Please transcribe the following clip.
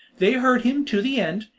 they heard him to the end,